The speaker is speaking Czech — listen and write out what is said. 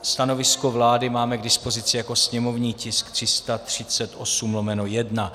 Stanovisko vlády máme k dispozici jako sněmovní tisk 338/1.